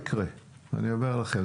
אני אומר לכם,